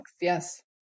Yes